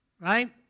right